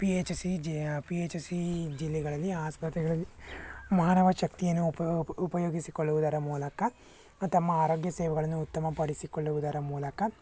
P H C J P H C ಜಿಲ್ಲೆಗಳಲ್ಲಿ ಆಸ್ಪತ್ರೆಗಳಲ್ಲಿ ಮಾನವ ಶಕ್ತಿಯನ್ನು ಉಪಯೋಗ ಉಪಯೋಗಿಸಿಕೊಳ್ಳುವುದರ ಮೂಲಕ ತಮ್ಮ ಆರೋಗ್ಯ ಸೇವೆಗಳನ್ನು ಉತ್ತಮಪಡಿಸಿಕೊಳ್ಳುವುದರ ಮೂಲಕ